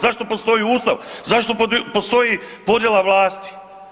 Zašto postoji Ustav, zašto postoji podjela vlasti?